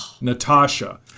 Natasha